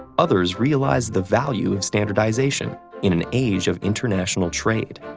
others realized the value of standardization in an age of international trade.